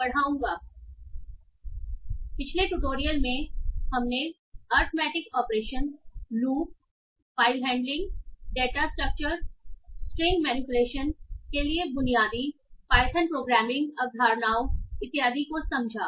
पिछले ट्यूटोरियल में हमने arithmetic operations loop file handling data structures string manipulation के लिए बुनियादी पायथन प्रोग्रामिंग अवधारणाओं इत्यादि को समझा